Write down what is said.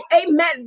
amen